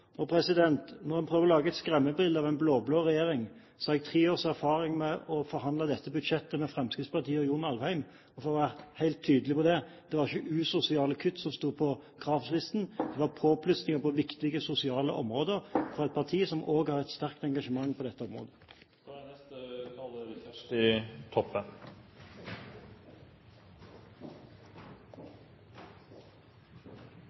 Når en prøver å lage et skremmebilde av en blå-blå regjering, vil jeg nevne at jeg har tre års erfaring med å forhandle om dette budsjettet med Fremskrittspartiet og John I. Alvheim. For å være helt tydelig på det: Det var ikke usosiale kutt som sto på kravlisten; det var påplussinger på viktige sosiale områder fra et parti som også har et sterkt engasjement på dette området.